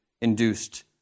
induced